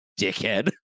Dickhead